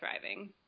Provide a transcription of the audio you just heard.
thriving